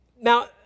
Now